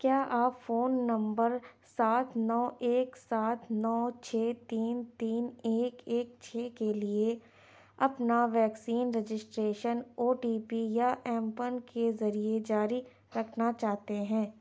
کیا آپ phone number سات نو ایک سات نو چھ تین تین ایک ایک چھ کے لیے اپنا vaccine registration O T P یا ایم پن کے ذریعے جاری رکھنا چاہتے ہیں